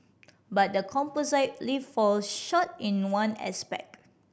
but the composite lift falls short in one aspect